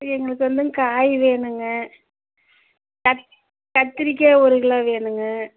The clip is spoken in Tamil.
எங்களுக்கு வந்துங்க காய் வேணுங்க கத் கத்திரிக்காய் ஒரு கிலோ வேணுங்க